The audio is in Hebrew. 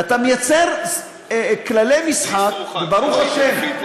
ואתה מייצר כללי משחק, וברוך השם,